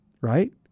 right